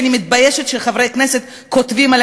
שאני מתביישת שחברי כנסת כותבים על